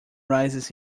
raises